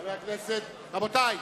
רבותי,